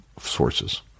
sources